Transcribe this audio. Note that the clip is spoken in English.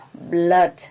blood